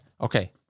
okay